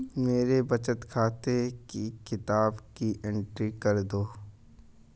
मेरे बचत खाते की किताब की एंट्री कर दो?